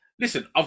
Listen